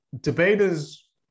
debaters